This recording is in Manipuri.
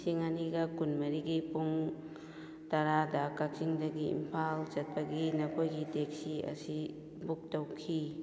ꯂꯤꯁꯤꯡ ꯑꯅꯤꯒ ꯀꯨꯟ ꯃꯔꯤꯒꯤ ꯄꯨꯡ ꯇꯔꯥꯗ ꯀꯛꯆꯤꯡꯗꯒꯤ ꯏꯝꯐꯥꯜ ꯆꯠꯄꯒꯤ ꯅꯈꯣꯏꯒꯤ ꯇꯦꯛꯁꯤ ꯑꯁꯤ ꯕꯨꯛ ꯇꯧꯈꯤ